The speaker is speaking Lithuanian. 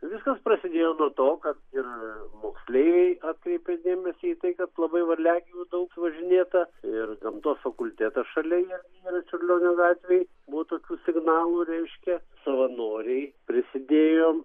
viskas prasidėjo nuo to kad ir moksleiviai atkreipė dėmesį į tai kad labai varliagyvių daug važinėta ir gamtos fakultetas šalia yra čiurlionio gatvėj buvo tokių signalų reiškia savanoriai prisidėjo